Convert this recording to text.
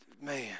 man